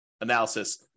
analysis